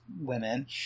women